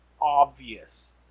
obvious